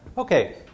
Okay